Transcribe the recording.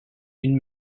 une